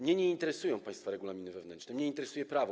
Mnie nie interesują państwa regulaminy wewnętrzne, mnie interesuje prawo.